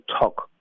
talk